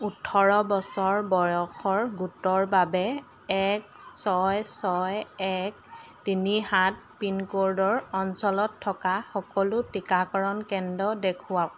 ওঠৰ বছৰ বয়সৰ গোটৰ বাবে এক ছয় ছয় এক তিনি সাত পিনক'ডৰ অঞ্চলত থকা সকলো টীকাকৰণ কেন্দ্ৰ দেখুৱাওক